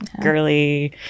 girly